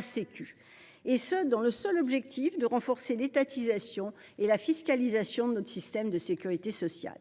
sociale, et ce dans le seul objectif de renforcer l’étatisation et la fiscalisation de notre système de sécurité sociale.